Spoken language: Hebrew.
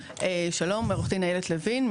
עו״ד אילת לוין,